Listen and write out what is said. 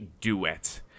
Duet